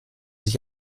sich